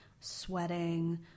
sweating